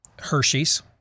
Hershey's